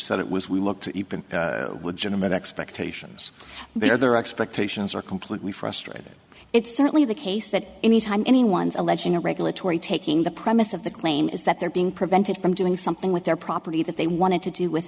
said it was we looked at it with gentlemen expectations their expectations are completely frustrated it's certainly the case that any time anyone is alleging a regulatory taking the premise of the claim is that they're being prevented from doing something with their property that they wanted to do with